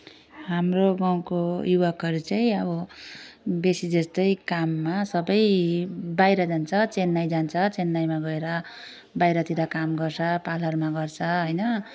हाम्रो गाउँको युवकहरू चाहिँ अब बेसी जस्तै काममा सबै बाहिर जान्छ चेन्नई जान्छ चेन्नईमा गएर बाहिरतिर काम गर्छ पार्लरमा गर्छ हैन